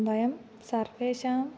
वयं सर्वेषाम्